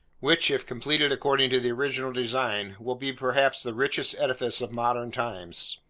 which, if completed according to the original design, will be perhaps the richest edifice of modern times.